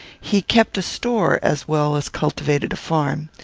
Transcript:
he kept a store as well as cultivated a farm.